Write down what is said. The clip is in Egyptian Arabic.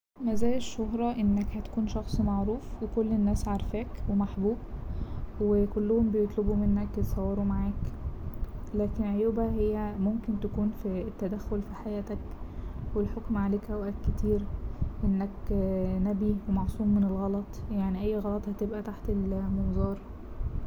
مزايا الشهرة إنك هتكون شخص معروف وكل الناس عارفاك ومحبوب وكلهم بيطلبوا منك يتصوروا معاك، لكن عيوبها هي ممكن تكون في التدخل في حياتك والحكم عليك أوقات كتير إنك نبي ومعصوم من الغلط يعني أي غلط هتبقى تحت المنظار.